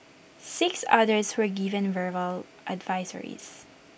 six others were given verbal advisories